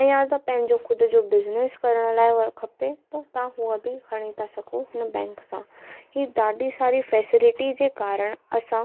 ऐं या त पंहिंजो ख़ुदि जो बिजनेस करण लाइ खपे त तव्हां हुअ बि खणी था सघो हुन बैंक सां ही ॾाढी सारी फैसिलिटी जे कारणु असां